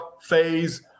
phase